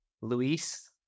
Luis